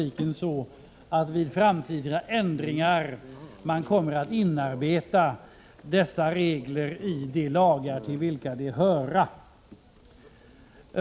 1986/87:130 problematik, så att man vid framtida ändringar kommer att inarbeta dessa regler i de lagar till vilka de hör.